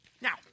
Now